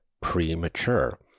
premature